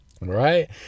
Right